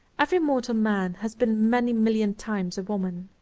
every mortal man has been many million times a woman.